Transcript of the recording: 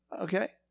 Okay